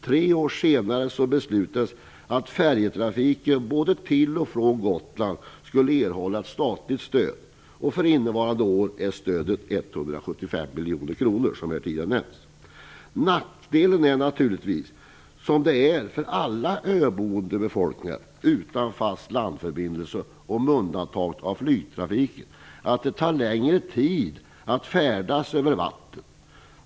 Tre år senare beslutades att färjetrafiken både till och från Gotland skulle erhålla statligt stöd. För innevarande år är stödet 175 miljoner kronor, som här tidigare nämnts. Nackdelen är naturligtvis - som det är för alla öboende befolkningar utan fast landförbindelse, och med undantag av flygtrafiken - att det tar längre tid att färdas över vatten.